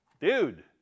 dude